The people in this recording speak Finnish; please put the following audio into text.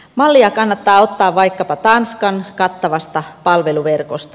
mallia kannattaa ottaa vaikkapa tanskan kattavasta palveluverkosta